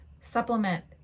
supplement